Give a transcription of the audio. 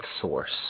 source